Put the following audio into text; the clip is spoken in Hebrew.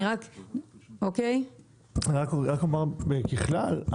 אני רק אומר ככלל,